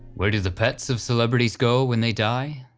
where do the pets of celebrities go when they die?